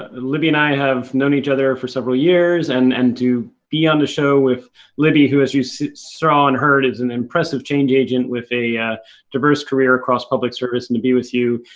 ah libbie and i have known each other for several years, and and to be on this show with libbie, who as you saw and heard, is an impressive change agent with a diverse career across public service, and to be with you.